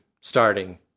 starting